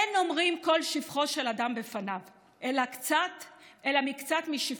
אין אומרים כל שבחו של אדם בפניו אלא מקצת משבחו.